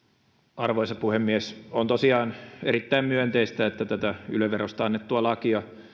arvoisa puhemies on tosiaan erittäin myönteistä että yle verosta annettua lakia